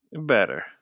Better